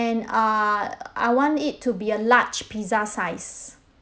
uh I want it to be a large pizza size